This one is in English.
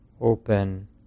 open